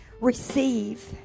Receive